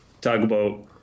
Tugboat